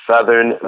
Southern